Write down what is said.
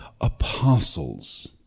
apostles